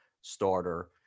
starter